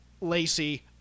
Lacey